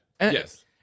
Yes